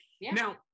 Now